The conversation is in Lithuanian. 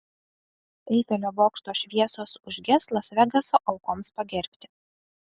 eifelio bokšto šviesos užges las vegaso aukoms pagerbti